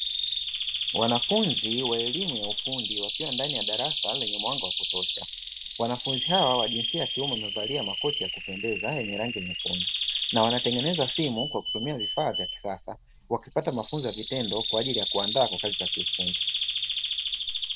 Wanafunzi wa elimu ya ufundi wakiwa ndani ya darasa lenye mwanga wa kutosha, wanafunzi hawa wa jinsia ya kiume wamevalie makoti yenye rangi nyekundu, na wanatengeneza simu kwa kutumia vifaa vya kisasa wakipata mafunzo ya vitendo kwa ajili ya kuwandaa na kazi za kiufundi.